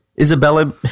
Isabella